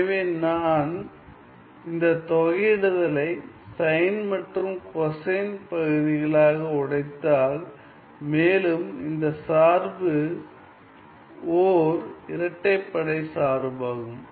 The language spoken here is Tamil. எனவே நான் இந்த தொகையிடுதலை சைன் மற்றும் கொசைன் பகுதிகளாக உடைத்தால் மேலும் இந்த சார்பு ஓர் இரட்டைப்படை சார்பாகும்